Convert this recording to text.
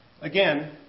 Again